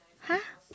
!huh!